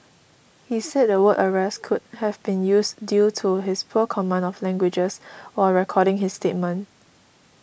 he said the word arrest could have been used due to his poor command of languages while recording his statement